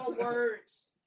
words